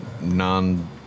non